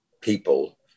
people